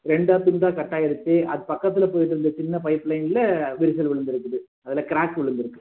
ரெண்டாக துண்டாக கட்டாகிடுச்சு அது பக்கத்தில் போய்கிட்டுருந்த சின்ன பைப் லைனில் விரிசல் விழுந்திருக்குது அதில் க்ராக் விழுந்திருக்கு